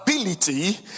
ability